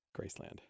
Graceland